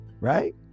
Right